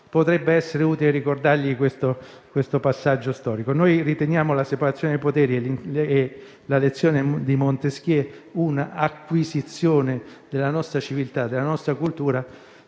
Potrebbe essere utile ricordare questo passaggio storico. Noi riteniamo la separazione dei poteri e la lezione di Montesquieu un'acquisizione della nostra civiltà e della nostra cultura